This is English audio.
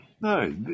No